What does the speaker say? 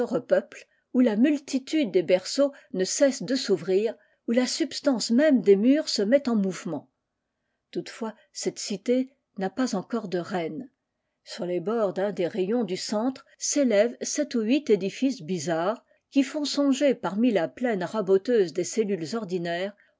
repeuple où la multitude des berceaux ne cesse de s'ouvrir où la substance même des murs se met en mouvement toutefois cette cité n'a pas encore de reine sur les bords d'un des rayons du centre s'élèvent sept ou huit édifices bizarres qui font songer parmi la plaine raboteuse des cellules ordinaires